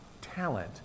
Talent